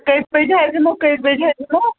کٔژِ بَجہِ حظ یِمو کٔژِ بَجہِ حظ یِمو